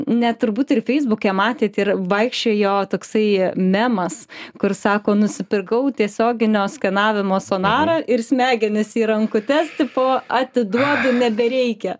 net turbūt ir feisbuke matėt ir vaikščiojo toksai memas kur sako nusipirkau tiesioginio skanavimo sonarą ir smegenis į rankutes tipo atiduodi nebereikia